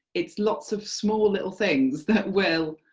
it's lots of small little things that will